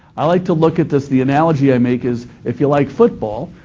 i like to look at this, the analogy i make is if you like football,